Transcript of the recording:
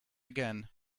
again